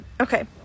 Okay